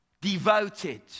Devoted